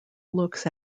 looks